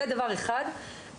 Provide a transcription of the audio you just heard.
דבר שני,